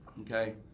Okay